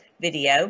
video